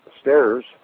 stairs